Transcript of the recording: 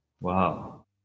Wow